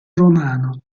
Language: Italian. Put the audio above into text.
romano